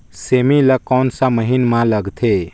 सेमी ला कोन सा महीन मां लगथे?